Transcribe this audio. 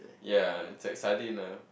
yea it's like sardines lah